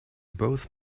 both